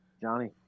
Johnny